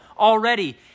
already